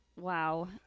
Wow